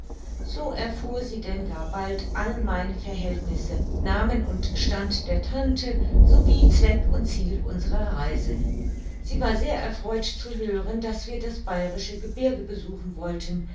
so erfuhr sie denn gar bald all meine verhältnisse namen und stand der tante sowie zweck und ziel unserer reise sie war sehr erfreut zu hören daß wir das bayrische gebirge besuchen wollten